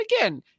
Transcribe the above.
again